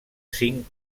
cinc